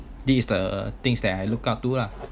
this is the things that I look up to lah